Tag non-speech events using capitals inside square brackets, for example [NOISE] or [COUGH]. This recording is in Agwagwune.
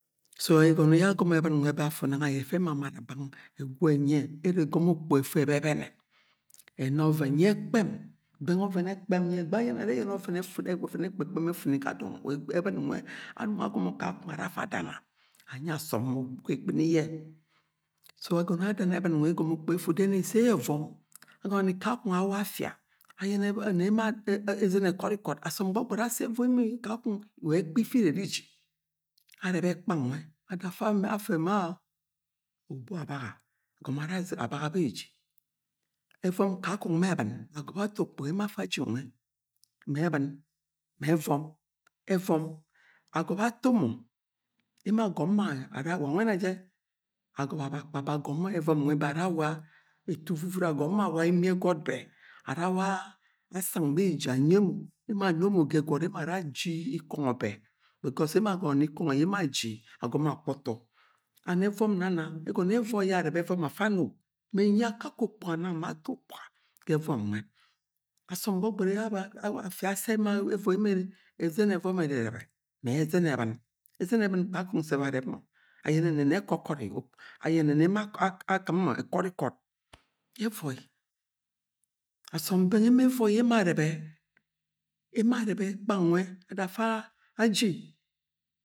So enigo ya agomo ebin nwe afu aye efe emamara bang egwu enyie ere egomo ukpuga efu ebebene, ena oven ye ekpem beng oven ekpem ye egbe [UNINTELLIGIBLE] ayene are oven ekpekpem efu ni ga dong wa ebin nwe anong agomo kakong ara afa adana anyi asom ukpuga egini ye so egono ye adana ebin nwe egomo ukpuga efu then ise ye evom agono ni kakong awa afia ayene [UNINTELLIGIBLE] ezen ekorikod asom gbogbori ashi evoi emo, kakong wa ekpa ifi ire iri iji arebe ekpa nwe ada afe ma obu abaga agomo ara abaga beji, evom kakong ma ebin wa agoba ato okpuga emo afa aji nwe me ebin ma evom, evom agoba ato mo emo agom mo ara, wa mwe je agoba abakpa be agom evom nwe be orra etu uviviri awa imie egot be ara awa asang beji anyi emo, emo ano ma ga egot emo ara aji ikongho be because emo agono ni ikongho ye emo aji agomo akwu utu and evom afa ano me enyi akake okpuga nang ma ato okpuga ga evom nwe asom gbogbori ashi [HESITATION] awa afia evoi emo ezen evon ererebe ma ezen ebin, ezen ebin kakong sef areb mo ayene ni ne ekokori [HESITATION] ayene ne emo akim mo ekori kod ye evoi, asom beng emo evoi ye emo arebe, ema arebe ekpa nwe afa aji